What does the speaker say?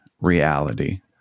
reality